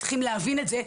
צריכים להבין את זה,